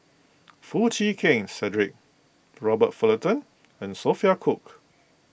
Foo Chee Keng Cedric Robert Fullerton and Sophia Cooke